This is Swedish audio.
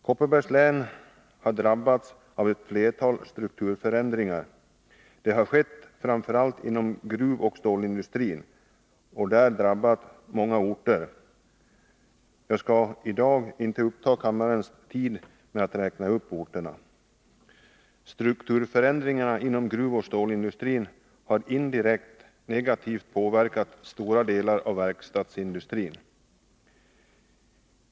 Kopparbergs län har drabbats av flera strukturförändringar, framför allt inom gruvoch stålindustrin. Många orter har drabbats, men jag skall i dag inte uppta kammarens tid med att räkna upp dem. Strukturförändringarna inom gruvoch stålindustrin har indirekt negativt påverkat stora delar av verkstadsindustrin.